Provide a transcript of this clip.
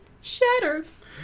shatters